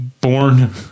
Born